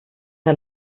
der